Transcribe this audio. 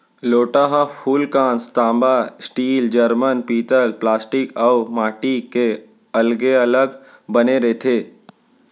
लोटा ह फूलकांस, तांबा, स्टील, जरमन, पीतल प्लास्टिक अउ माटी के अलगे अलग बने रथे